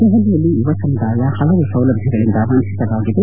ದೆಹಲಿಯಲ್ಲಿ ಯುವ ಸಮುದಾಯ ಹಲವು ಸೌಲಭ್ಯಗಳಿಂದ ವಂಚಿತವಾಗಿದೆ